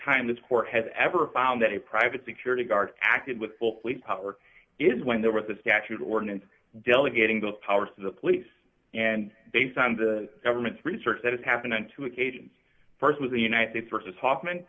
time this court has ever found that a private security guard acted with full police power is when there was a statute ordinance delegating those powers to the police and based on the government's research that has happened on two occasions st with the united states versus hoffman